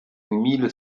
mille